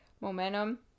momentum